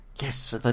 yes